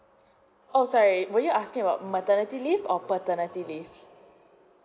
orh sorry were you asking about maternity leave or paternity leave